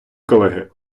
колеги